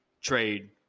trade